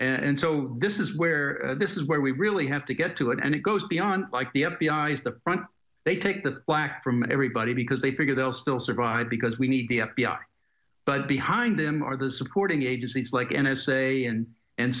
and so this is where this is where we really have to get to it and it goes beyond like the f b i is the front they take the flak from everybody because they figure they'll still survive because we need the f b i but behind them are the supporting agencies like n s a and and